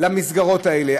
למסגרות האלה,